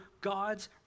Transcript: God's